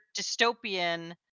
dystopian